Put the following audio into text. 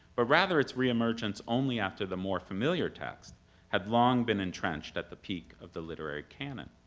ah rather its reemergence only after the more familiar text had long been entrenched at the peak of the literary canon.